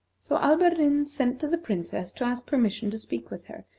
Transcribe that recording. so alberdin sent to the princess to ask permission to speak with her,